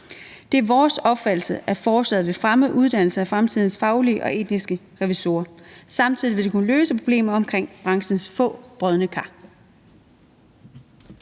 Det er vores opfattelse, at forslaget vil fremme uddannelse af fremtidens faglige og etiske revisorer. Samtidig vil det kunne løse problemer omkring branchens få brodne kar.